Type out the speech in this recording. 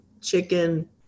chicken